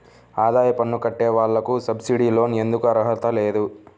ఆదాయ పన్ను కట్టే వాళ్లకు సబ్సిడీ లోన్ ఎందుకు అర్హత లేదు?